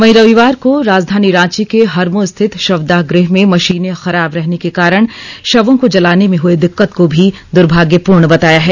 वहीं रविवार को राजधानी रांची के हरम स्थित शवदाह गृह में मशीनें खराब रहने के कारण शवों को जलाने में हई दिक्कत को भी दुर्भाग्यपूर्ण बताया है